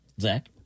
zach